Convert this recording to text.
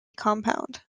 compound